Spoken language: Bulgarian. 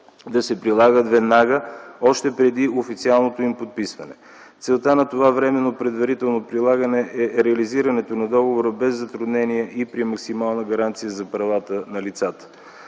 да се прилагат веднага още преди официалното им подписване. Целта на това временно предварително прилагане е реализирането на договора без затруднение и при максимална гаранция за правата на лицата.